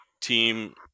team